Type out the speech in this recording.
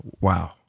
wow